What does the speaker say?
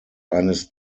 eines